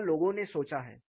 ऐसा लोगों ने सोचा है